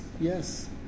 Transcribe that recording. yes